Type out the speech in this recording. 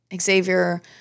Xavier